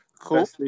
cool